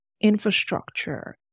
infrastructure